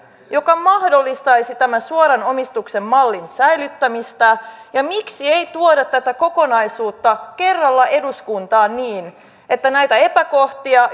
joka mahdollistaisi tämän suoran omistuksen mallin säilyttämistä ja miksi ei tuoda tätä kokonaisuutta kerralla eduskuntaan niin että näitä epäkohtia